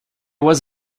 was